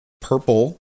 purple